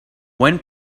when